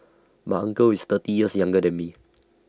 my uncle is thirty years younger than me